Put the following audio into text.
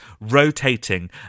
rotating